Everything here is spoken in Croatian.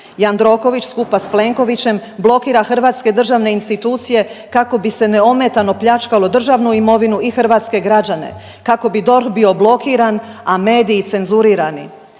Jandroković skupa sa Plenkovićem blokira hrvatske državne institucije kako bi se neometano pljačkalo državnu imovinu i hrvatske građane, kako bi DORH bio blokiran, a mediji cenzurirani.